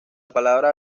palabra